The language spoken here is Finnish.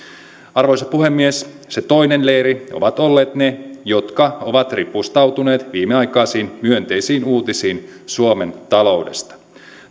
arvoisa puhemies se toinen leiri ovat olleet ne jotka ovat ripustautuneet viimeaikaisiin myönteisiin uutisiin suomen taloudesta